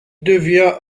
devient